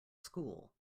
school